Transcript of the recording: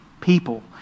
people